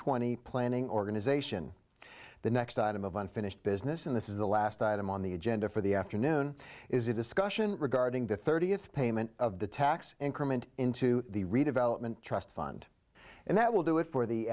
twenty planning organization the next item of unfinished business and this is the last item on the agenda for the afternoon is a discussion regarding the thirtieth payment of the tax increment into the redevelopment trust fund and that will do it for the